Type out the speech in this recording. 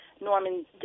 Norman